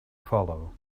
follow